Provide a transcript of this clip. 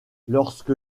lorsque